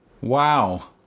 wow